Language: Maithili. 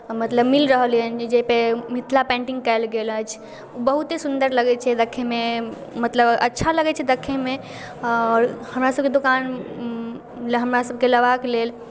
मतलब मिल रहल अछि जाहिपर मिथिला पेन्टिंग कयल गेल अछि बहुते सुन्दर लगै छै देखैमे मतलब अच्छा लगै छै देखैमे आओर हमरासभके दोकानमे हमरासभके लेबाक लेल